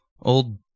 old